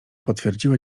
potwierdziła